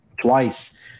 twice